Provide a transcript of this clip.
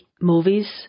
movies